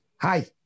hi